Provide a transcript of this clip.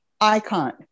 icon